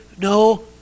no